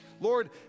Lord